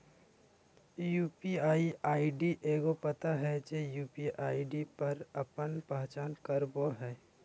UPI ID एगो पता हइ जे यू.पी.आई पर आपन पहचान करावो हइ